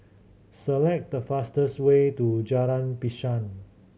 select the fastest way to Jalan Pisang